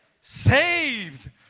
saved